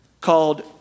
called